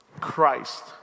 Christ